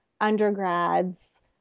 undergrads